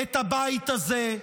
את הבית הזה,